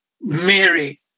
Mary